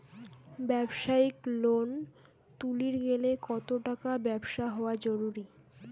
ব্যবসায়িক লোন তুলির গেলে কতো টাকার ব্যবসা হওয়া জরুরি?